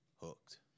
hooked